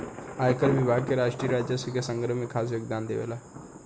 आयकर विभाग राष्ट्रीय राजस्व के संग्रह में खास योगदान देवेला